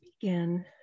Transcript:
begin